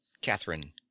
Catherine